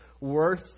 worth